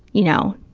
you know,